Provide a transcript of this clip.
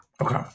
Okay